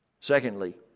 Secondly